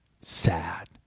sad